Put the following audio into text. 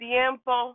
Tiempo